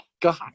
god